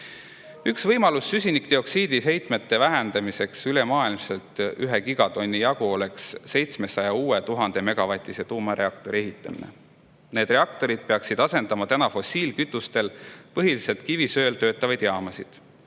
Üks võimalus süsinikdioksiidi heite vähendamiseks ülemaailmselt 1 gigatonni jagu oleks 700 uue 1000‑megavatise tuumareaktori ehitamine. Need reaktorid peaksid asendama fossiilkütustel, põhiliselt kivisöel töötavaid jaamasid.